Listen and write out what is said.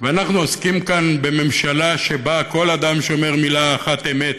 ואנחנו עוסקים כאן בממשלה שבה כל אדם שאומר מילה אחת אמת,